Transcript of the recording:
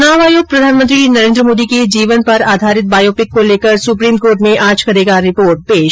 चुनाव आयोग प्रधानमंत्री नरेन्द्र मोदी के जीवन पर आधारित बायोपिक को लेकर सुप्रीम कोर्ट में आज करेगा रिपोर्ट पेश